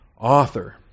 author